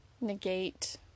negate